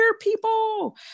people